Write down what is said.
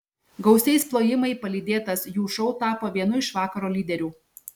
gausiais plojimai palydėtas jų šou tapo vienu iš vakaro lyderių